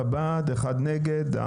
7 בעד, 1 נגד.